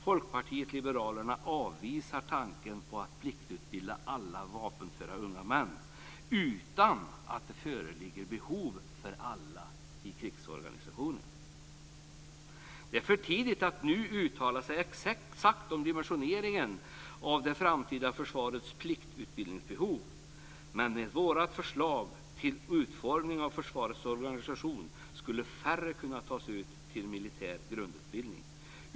Folkpartiet liberalerna avvisar tanken på att pliktutbilda alla vapenföra unga män utan att det föreligger behov av alla i krigsorganisationen. Det är för tidigt att nu uttala sig exakt om dimensioneringen av det framtida försvarets pliktutbildningsbehov, men med vårt förslag till utformning av försvarets organisation skulle färre kunna tas ut till militär grundutbildning.